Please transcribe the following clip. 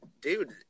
dude